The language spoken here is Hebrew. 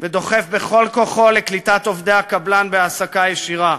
ודוחף בכל כוחו לקליטת עובדי הקבלן בהעסקה ישירה.